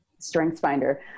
StrengthsFinder